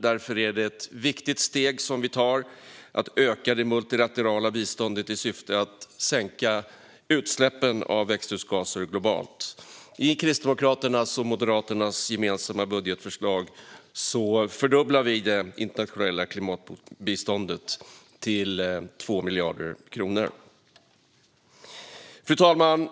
Därför är det ett viktigt steg som vi tar att öka det multilaterala biståndet i syfte att sänka utsläppen av växthusgaser globalt. I Kristdemokraternas och Moderaternas gemensamma budgetförslag fördubblar vi det internationella klimatbiståndet till 2 miljarder kronor. Fru talman!